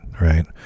Right